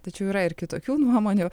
tačiau yra ir kitokių nuomonių